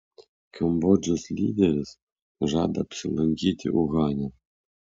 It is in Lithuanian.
kambodžos lyderis žada apsilankyti uhane